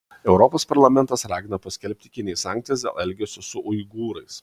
europos parlamentas ragina paskelbti kinijai sankcijas dėl elgesio su uigūrais